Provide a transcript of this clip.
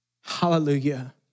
Hallelujah